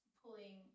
pulling